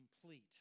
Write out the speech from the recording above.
complete